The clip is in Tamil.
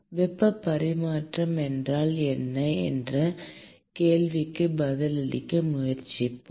வெப்ப பரிமாற்றம் என்றால் என்ன என்ற கேள்விக்கு பதிலளிக்க முயற்சிப்போம்